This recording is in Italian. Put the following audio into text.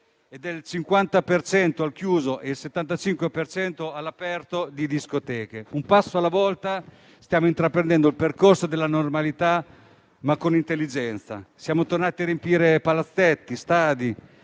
per cento al chiuso e il 75 per cento all'aperto di discoteche. Un passo alla volta stiamo intraprendendo il percorso della normalità, ma con intelligenza. Siamo tornati a riempire palazzetti e stadi.